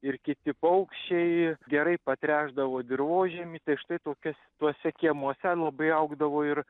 ir kiti paukščiai gerai patręšdavo dirvožemį tai štai tokias tuose kiemuose labai augdavo ir